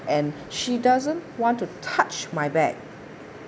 and she doesn't want to touch my bag